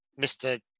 mr